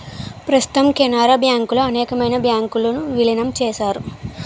ప్రస్తుతం కెనరా బ్యాంకులో అనేకమైన బ్యాంకు ను విలీనం చేశారు